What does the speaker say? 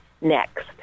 next